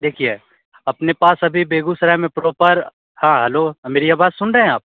देखिए अपने पास अभी बेगूसराय में प्रॉपर हाँ हलो मेरी आवाज़ सुन रहे हैं आप